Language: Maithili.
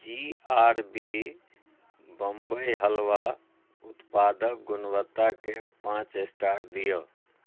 जी आर बी बम्बई हलवा उत्पादक गुणवत्ताकेँ पाँच स्टार दिअ